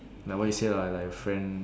like what you say lah like your friend